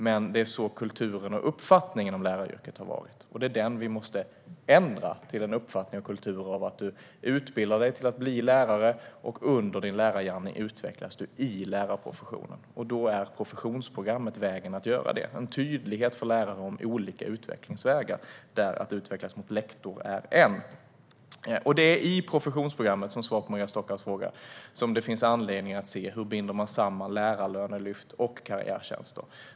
Men kulturen i och uppfattningen om läraryrket har sett ut på det sättet. Det är det vi måste ändra, till en uppfattning om och en kultur som innebär att man utbildar sig till lärare och under sin lärargärning utvecklas i lärarprofessionen. Professionsprogrammet är vägen för att göra det. Det innebär en tydlighet för lärarna om olika utvecklingsvägar. Att utvecklas mot lektor är en sådan väg. För att svara på Maria Stockhaus fråga är det i professionsprogrammet som det finns anledning att se på hur man binder samman lärarlönelyft och karriärtjänster.